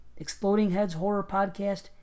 explodingheadshorrorpodcast